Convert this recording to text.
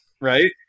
Right